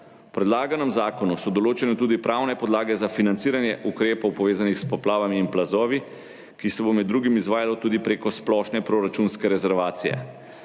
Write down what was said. predlaganem zakonu so določene tudi pravne podlage za financiranje ukrepov, povezanih s poplavami in plazovi, ki se bo med drugim izvajalo tudi prek splošne proračunske rezervacije.